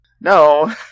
no